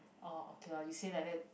orh okay lor you say like that